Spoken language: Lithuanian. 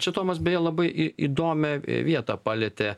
čia tomas beje labai i i įdomią vietą palietė